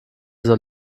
soll